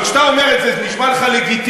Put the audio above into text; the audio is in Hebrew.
אבל כשאתה אומר את זה זה נשמע לך לגיטימי,